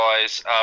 guys